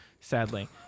sadly